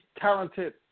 talented